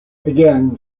again